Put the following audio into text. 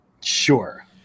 Sure